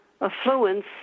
affluence